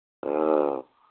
हाँ